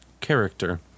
character